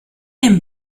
dem